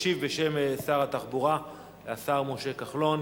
ישיב בשם שר התחבורה השר משה כחלון.